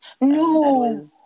No